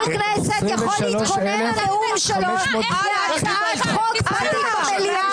כנסת יכול להתכונן לנאום שלו על הצעת חוק פרטית במליאה,